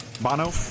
Bono